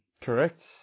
Correct